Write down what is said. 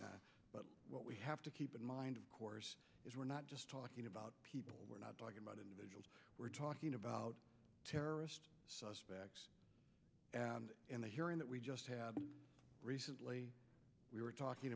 especially but what we have to keep in mind of course is we're not just talking about people we're not talking about individuals we're talking about terrorist suspects and in the hearing that we just have recently we were talking